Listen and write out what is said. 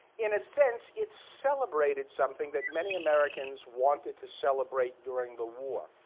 in a sense, it celebrated something that many americans wanted to celebrate during the war,